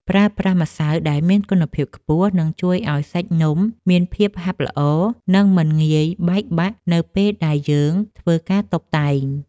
ប្រើប្រាស់ម្សៅដែលមានគុណភាពខ្ពស់នឹងជួយឱ្យសាច់នំមានភាពហាប់ល្អ និង មិនងាយបែកបាក់នៅពេលដែលយើងធ្វើការតុបតែង។